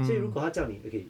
所以如果他叫你 okay